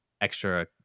extra